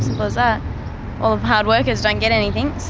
simple as that. all the hard workers don't get anything so.